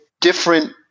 different